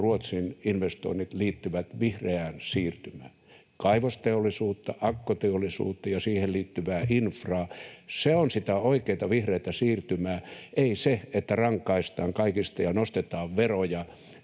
Ruotsin investoinnit liittyvät vihreään siirtymään. Kaivosteollisuutta, akkuteollisuutta ja siihen liittyvää infraa — se on sitä oikeata vihreätä siirtymää, ei se, että rankaistaan kaikesta ja nostetaan veroja